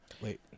Wait